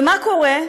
ומה קורה?